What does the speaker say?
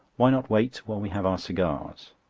why not wait while we have our cigars?